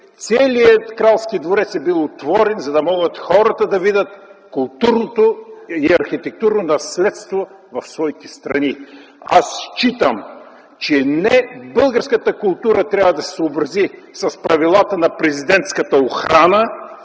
целият кралски дворец е бил отворен, за да могат хората да видят културното и архитектурно наследство в своите страни. Аз считам, че не българската култура трябва да се съобрази с правилата на президентската охрана,